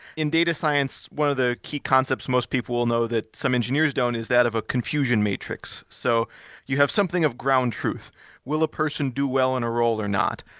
in data science, one of the key concepts most people know that some engineers don't is that of a confusion matrix. so you have something of ground truth will a person do well in a role or not?